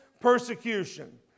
persecution